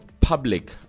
public